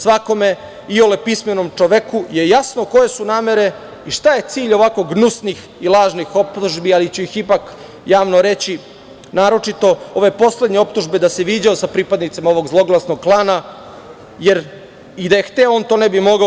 Svakome iole pismenom čoveku je jasno koje su namere i šta je cilj ovih gnusnih laži i optužbi, ali ću ih ipak javno reći, naročito ove poslednje optužbe da se viđao sa pripadnicima ovog zloglasnog klana, jer i da je hteo, on to ne bi mogao.